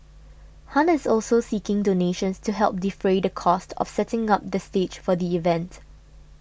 Han is also seeking donations to help defray the cost of setting up the stage for the event